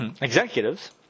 Executives